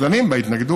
אז דנים בהתנגדות,